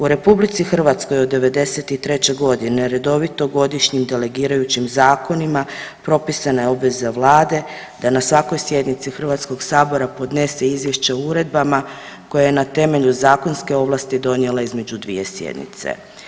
U RH od '93. g. redovito godišnje delegirajućim zakonima propisana je obveza Vlade da na svakoj sjednici HS-a podnese izvješće o uredbama koje je na temelju zakonske ovlasti donijela između dvije sjednice.